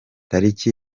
tariki